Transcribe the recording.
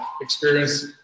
experience